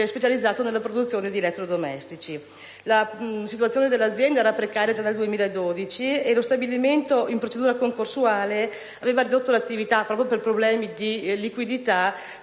specializzato nella produzione di elettrodomestici. La situazione dell'azienda era precaria già dal 2012 e lo stabilimento, già in procedura concorsuale, aveva ridotto la propria attività, proprio per problemi di liquidità,